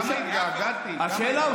תודה, אמיר.